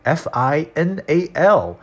final